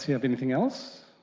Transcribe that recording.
have anything else,